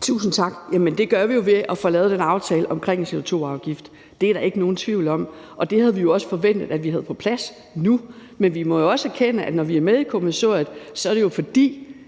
Tusind tak. Jamen det gør vi jo ved at få lavet den aftale omkring en CO2-afgift – det er der ikke nogen tvivl om – og det havde vi jo også forventet at vi havde på plads nu. Men vi må også erkende, at når vi er med i kommissoriet, er det jo, fordi